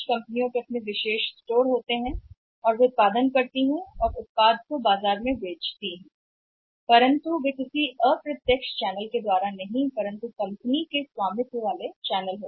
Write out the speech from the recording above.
कुछ कंपनियों के अपने हैं अनन्य स्टोर और वे उत्पाद का निर्माण करते हैं और किसी भी अप्रत्यक्ष के माध्यम से बाजार में बेचते हैं कंपनी के स्वामित्व वाले चैनल